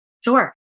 Sure